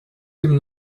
dem